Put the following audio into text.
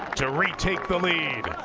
to retake the lead.